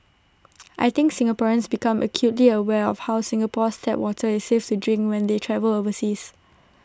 I think Singaporeans become acutely aware of how Singapore's tap water is safes to drink when they travel overseas